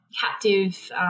captive